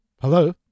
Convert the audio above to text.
Hello